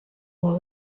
all